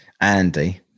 Andy